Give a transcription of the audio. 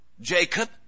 Jacob